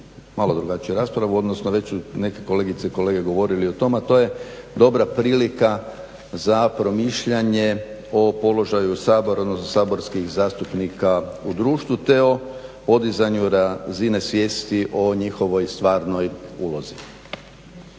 malo drugačiju raspravu odnosno već su neke kolegice i kolege govorili o tome a to je dobra prilika za promišljanje o položaju Sabora odnosno saborskih zastupnika u društvu te o podizanju razine svijesti o njihovoj stvarnoj ulozi.